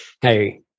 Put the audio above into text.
Hey